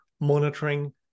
monitoring